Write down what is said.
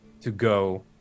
to-go